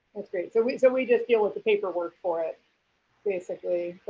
so we so we just deal with the paperwork for it basically,